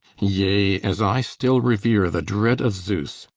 yea, as i still revere the dread of zeus,